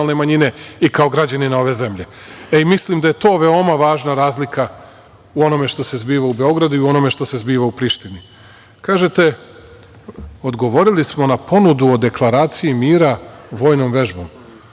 i kao građanina ove zemlje. Mislim da je to veoma važna razlika u onome što se zbiva u Beogradu i u onome što se zbiva u Prištini. Kažete, odgovorili smo na ponudu o Deklaraciji mira vojnom vežbom.